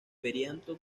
perianto